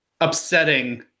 upsetting